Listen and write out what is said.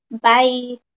Bye